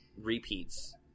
Repeats